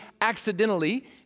accidentally